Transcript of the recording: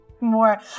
more